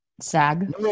SAG